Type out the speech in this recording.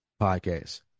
podcast